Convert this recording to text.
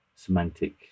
semantic